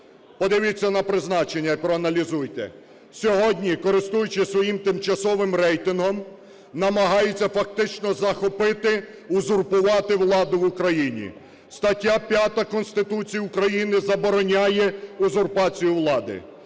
подивіться на призначення і проаналізуйте, - сьогодні, користуючись своїм тимчасовим рейтингом, намагається фактично захопити, узурпувати владу в Україні. Стаття 5 Конституції України забороняє узурпацію влади.